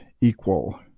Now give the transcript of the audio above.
equal